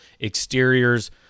Exteriors